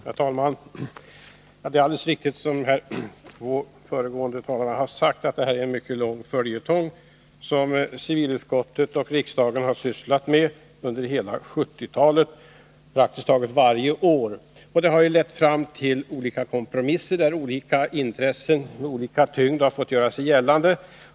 Herr talman! Det är alldeles riktigt som de två föregående talarna har sagt att det här är en mycket lång följetong, som civilutskottet och riksdagen har sysslat med praktiskt taget varje år under hela 1970-talet. Det harlett fram till olika kompromisser, där olika intressen med olika tyngd har fått göra sig gällande.